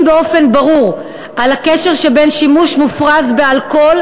באופן ברור על הקשר שבין שימוש מופרז באלכוהול